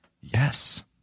Yes